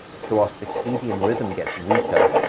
so our circadian rhythm gets weaker.